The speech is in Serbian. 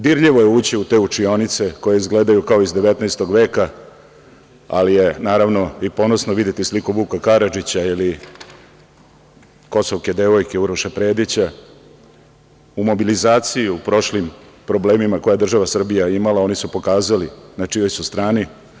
Dirljivo je ući u te učionice koje izgledaju kao iz XIX veka, ali je, naravno, i ponosno videti sliku Vuka Karadžića ili „Kosovke devojke“ Uroša Predića u mobilizaciji, u prošlim problemima koje je država Srbija imala oni su pokazali na čijoj su strani.